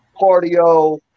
cardio